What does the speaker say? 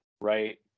right